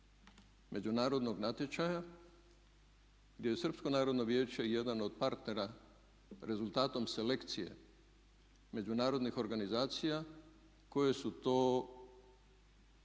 međunarodnog natječaja gdje je Srpsko narodno vijeće jedan od partnera rezultatom selekcije međunarodnih organizacija koje su to